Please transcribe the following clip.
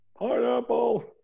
pineapple